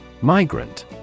Migrant